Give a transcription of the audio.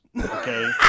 okay